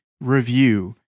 review